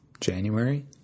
January